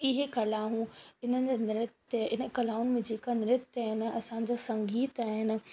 इहे कलाऊं इन्हनि जा नृत हिन कलाउनि में जेका नृत आहिनि असांजा संगीत आहिनि